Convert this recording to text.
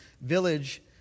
village